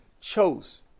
chose